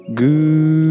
good